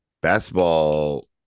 basketball